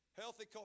Healthy